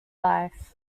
life